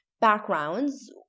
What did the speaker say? backgrounds